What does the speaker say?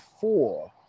four